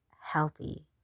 healthy